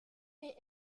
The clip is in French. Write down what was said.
est